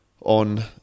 on